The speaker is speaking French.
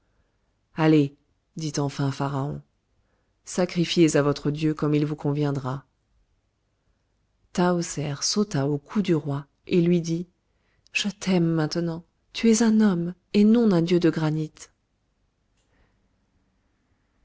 allez dit enfin pharaon sacrifiez à votre dieu comme il vous conviendra tahoser sauta au cou du roi et lui dit je t'aime maintenant tu es un homme et non un dieu de granit